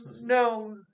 No